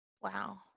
Wow